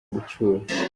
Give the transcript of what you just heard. gucyura